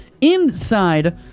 inside